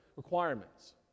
requirements